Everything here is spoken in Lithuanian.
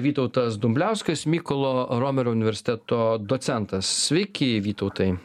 vytautas dumbliauskas mykolo romerio universiteto docentas sveiki vytautai